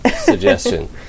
suggestion